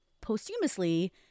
Posthumously